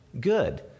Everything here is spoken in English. good